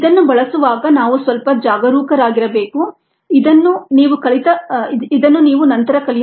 ಇದನ್ನು ಬಳಸುವಾಗ ನಾವು ಸ್ವಲ್ಪ ಜಾಗರೂಕರಾಗಿರಬೇಕು ಇದನ್ನು ನೀವು ನಂತರ ಕಲಿಯಬಹುದು